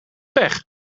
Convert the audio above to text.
pech